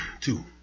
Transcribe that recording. Two